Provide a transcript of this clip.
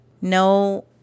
no